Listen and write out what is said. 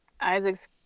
Isaac's